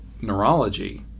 neurology